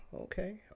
Okay